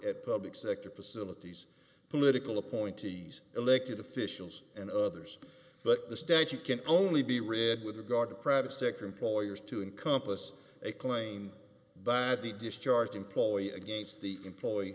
at public sector facilities political appointees elected officials and others but the statute can only be read with regard to private sector employers to encompass a claim badly discharged employee against the employee